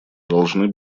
должны